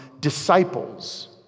disciples